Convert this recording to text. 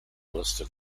listed